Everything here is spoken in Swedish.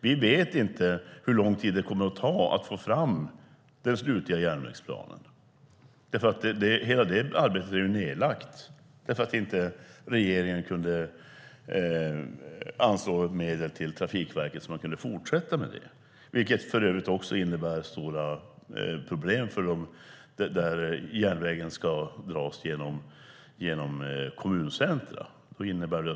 Vi vet inte hur lång tid det kommer att ta att få fram den slutliga järnvägsplanen. Hela det arbetet är ju nedlagt därför att regeringen inte kunde anslå medel till Trafikverket för att fortsätta med det. Detta innebär för övrigt också stora problem där järnvägen ska dras genom kommuncentrum.